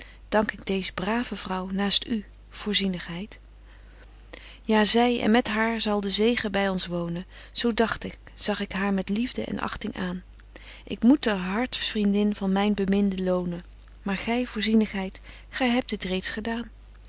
ik deez brave vrouw naast u voorzienigheid betje wolff en aagje deken historie van mejuffrouw sara burgerhart jazy en met haar zal de zegen by ons wonen zo dagt ik zag ik haar met liefde en achting aan ik moet de hartvriendin van myn beminde lonen maar gy voorzienigheid gy hebt dit reeds gedaan